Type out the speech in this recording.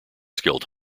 skilled